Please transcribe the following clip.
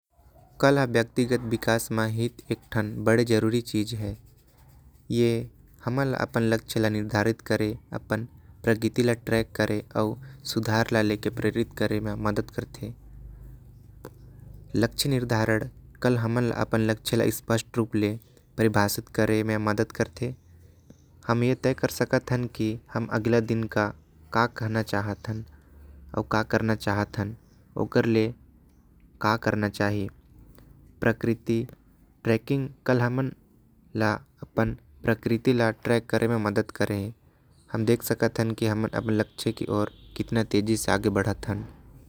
कला व्यक्ति के विकास में बहुत बड़ा जरूरी चीज है। हमन अपन लक्ष्य निर्धारण करे अपन प्रगति ला ट्रेक करें अउ। सुधार करे में मदद करथे लक्ष्य निर्धारण के परिभाषित करे। में मदद करथे हमन का कहना अउ का करना चाहत। ही प्रकृति ट्रेकिंग कर कितना तेजी से लक्ष्य की ओर आगे बढ़े।